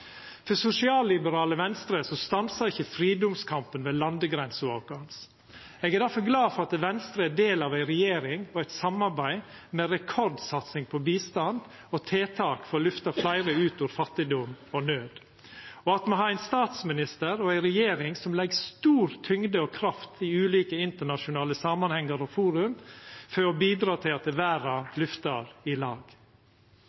For sosialliberale Venstre stansar ikkje fridomskampen ved landegrensa vår. Eg er difor glad for at Venstre er del av ei regjering og eit samarbeid med rekordsatsing på bistand og tiltak for å løfta fleire ut av fattigdom og naud, og at me har ein statsminister og ei regjering som legg stor tyngde og kraft i ulike internasjonale samanhengar og forum for å bidra til at